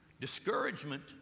Discouragement